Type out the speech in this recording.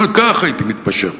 גם על כך הייתי מתפשר,